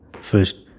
first